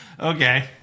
Okay